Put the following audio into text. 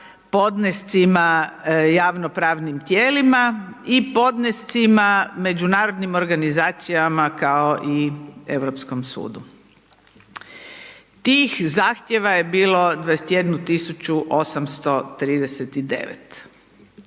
podnescima, javno pravnim tijelima i podnescima međunarodnim organizacijama kao i Europskom sudu. Tih zahtjeva je bilo 21839.